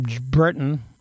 Britain